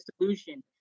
solution